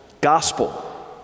gospel